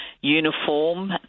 uniform